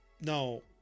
no